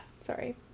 Sorry